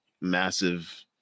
massive